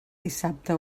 dissabte